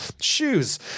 shoes